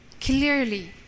clearly